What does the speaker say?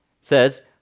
says